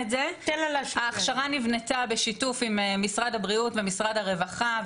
ההכשרה נבנתה בשיתוף עם משרד הבריאות ומשרד הרווחה,